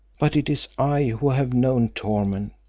but it is i who have known torment,